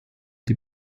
die